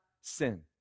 sin